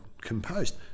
composed